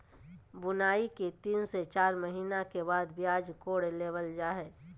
बुआई के तीन से चार महीना के बाद प्याज कोड़ लेबल जा हय